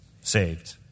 Saved